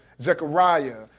Zechariah